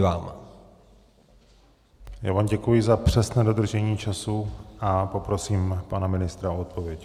Já vám děkuji za přesné dodržení času a poprosím pana ministra o odpověď.